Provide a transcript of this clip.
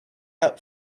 out